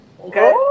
Okay